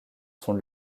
sont